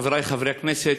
חברי חברי הכנסת,